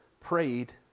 prayed